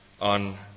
on